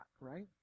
right